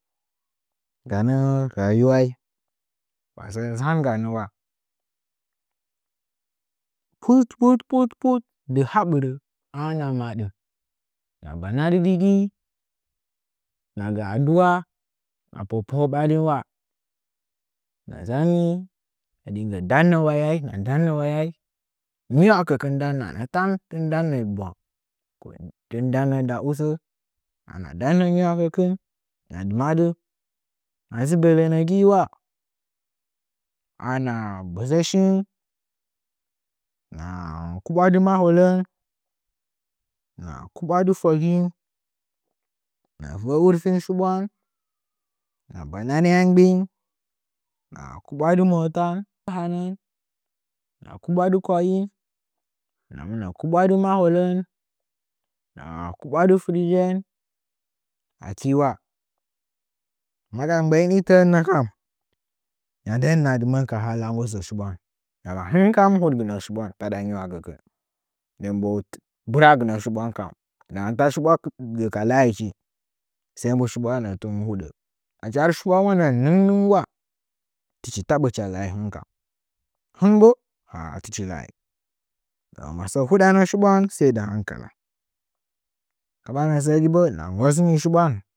Mingganə rayuwa masə nzanganəula put put put put di ha ɓɨrə ana madə hɨna banadɨ digi hɨna gə aduwa hɨna pwa pw a’a ɓarin wa hɨna nzangi hɨna rinkə dannə wapai hɨna dannə wayai ngi wakə kɨn dannanə tan tɨn dannə bwang fɨn dannə de usə ana danna ngi wakəkɨn hɨna dɨmaddti hinə dzɨ gɨ lənəgiula ana bozəshi hɨna kɨɓwadɨ mahələn hɨna kɨbwadɨ fogeing hɨna va wurgin shinwan hɨna ba̱nan yamgbeing hɨna kɨɓwadɨ motan hɨna kɨɓwadi kwa’in hɨna mɨtnə kɨɓwadɨ maolən ɦina kɨɓwadɨ firijen aki wa maga gbə’in ‘itə’ənnəkam ya nden hɨna dɨ mə’ə ka hala nggosə shiɓwan hɨnkaru huɗɨgɨnə shibwan tada ngi wakəkɨn ndeh bi bɨragtnə shiɓwankan nggaru ta shiɓwa gi ka la aichi sai dai shuɓwa nə’ə tɨn huɗə achi har shiɓwau həng mɨn nɨngwa tɨchi taɓə hɨcha la’ai hɨnkan hɨnbo tɨchi la’ai masəəa hudanə shiɓwau sai dɨ hankala ndɨdangə səəgi ba hɨna nggosngi shiɓwan.